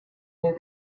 new